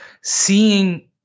seeing